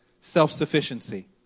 self-sufficiency